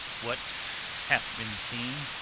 what hath been seen,